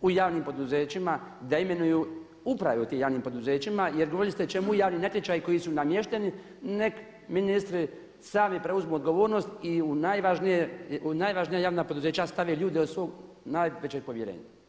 u javnim poduzećima, da imenuju uprave u tim javnim poduzećima jer govorili ste čemu javni natječaji koji su namješteni, nek ministri sami preuzmu odgovornost i u najvažnija javna poduzeća stave ljude od svog najvećeg povjerenja.